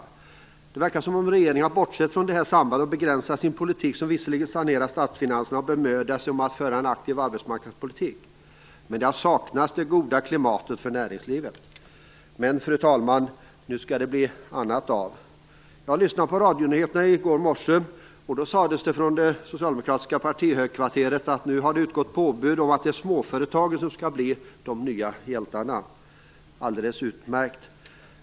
Det verkar som om regeringen har bortsett från detta samband och begränsat sig till att föra politik som visserligen sanerar statsfinanserna. Dessutom bemödar den sig om att föra en aktiv arbetsmarknadspolitik. Det som har saknats är det goda klimatet för näringslivet. Men, fru talman, nu skall det bli annat av det. Jag lyssnade på radionyheterna i går morse och då sades det från det socialdemokratiska partihögkvarteret att nu har utgått påbud om att det är småföretagen som skall bli de nya hjältarna. Det är alldeles utmärkt.